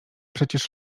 przecież